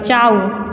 बचाउ